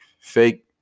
fake